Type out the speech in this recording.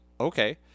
okay